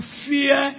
fear